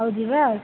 ହଉ ଯିବା ଆଉ